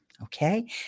Okay